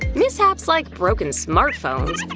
mishaps like broken smartphones